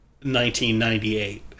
1998